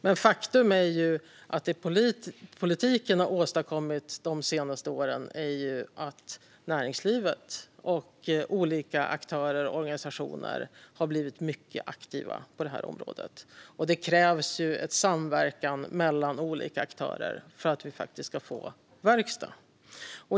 Men faktum är ju att det som politiken har åstadkommit de senaste åren är att näringslivet och olika aktörer och organisationer har blivit mycket aktiva på detta område, och det krävs en samverkan mellan olika aktörer för att vi ska få verkstad.